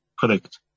Correct